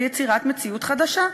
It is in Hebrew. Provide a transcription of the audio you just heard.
ליצירת מציאות חדשה.